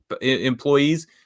employees